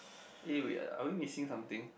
eh we are are we missing something